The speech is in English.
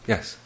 Yes